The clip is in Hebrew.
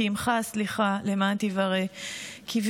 כי עמך הסליחה למען תִּוָּרֵא.